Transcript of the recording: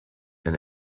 and